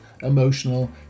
emotional